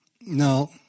No